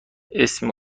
اسم